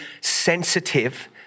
sensitive